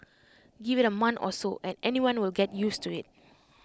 give IT A month or so and anyone will get used to IT